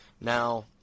Now